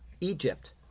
Egypt